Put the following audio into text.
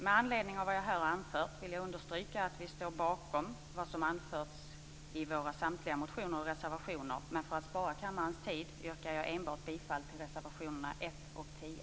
Med anledning av vad jag här har anfört vill jag understryka att vi står bakom vad som anförts i samtliga våra motioner och reservationer, men för att spara kammarens tid yrkar jag bifall enbart till reservationerna 1 och 10.